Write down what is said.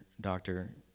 doctor